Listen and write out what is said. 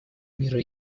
мира